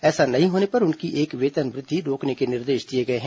ऐसा नहीं होने पर उनकी एक वेतन वृद्वि रोकने के निर्देश दिए गए हैं